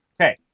Okay